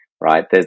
right